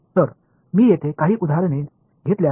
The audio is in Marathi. तर मी येथे काही उदाहरणे घेतल्यास